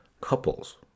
couples